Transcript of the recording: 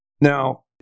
Now